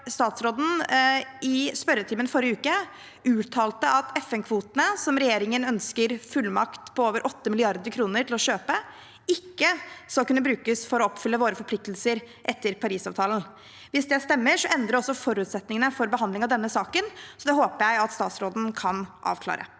statsråden i spørretimen forrige uke uttalte at FN-kvotene som regjeringen ønsker fullmakt til å kjøpe, på over 8 mrd. kr, ikke skal kunne brukes for å oppfylle våre forpliktelser etter Parisavtalen. Hvis det stemmer, endrer det også forutsetningene for behandling av denne saken, så det håper jeg at statsråden kan avklare.